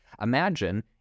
Imagine